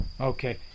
Okay